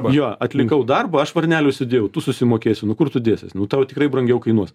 jo atlikau darbą aš varnelę užsidėjau tu susimokėsi nu kur tu dėsies nu tau tikrai brangiau kainuos